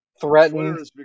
threatened